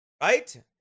Right